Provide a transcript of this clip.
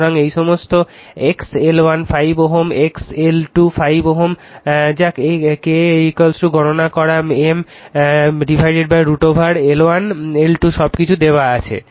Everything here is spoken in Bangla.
সুতরাং এই সমস্ত X L1 5 Ω X L2 5 Ω যাক K গণনা করা M √ ওভার L1 L2 সবকিছু দেওয়া আছে